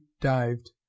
dived